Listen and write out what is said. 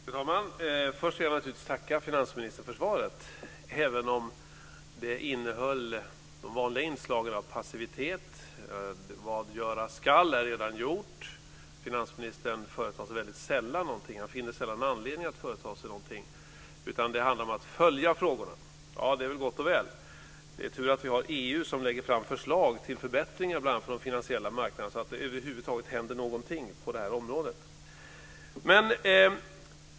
Fru talman! Först vill jag naturligtvis tacka finansministern för svaret, även om det innehöll de vanliga inslagen av passivitet - vad göras skall är allaredan gjort. Finansministern företar sig väldigt sällan någonting. Han finner sällan anledning att företa sig någonting, utan det handlar om att följa frågorna. Det är väl gott och väl. Det är tur att vi har EU som lägger fram förslag till förbättringar, bl.a. på de finansiella marknaderna så att det över huvud taget händer någonting på detta område.